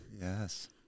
Yes